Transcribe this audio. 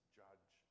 judge